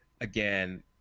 again